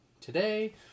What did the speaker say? today